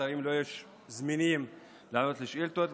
שרים לא יהיו זמינים לענות על שאילתות.